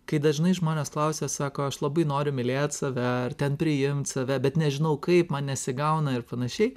kai dažnai žmonės klausia sako aš labai noriu mylėt save ar ten priimt save bet nežinau kaip man nesigauna ir panašiai